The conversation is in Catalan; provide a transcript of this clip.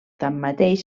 tanmateix